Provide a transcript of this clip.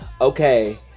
Okay